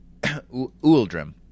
Uldrim